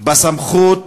בסמכות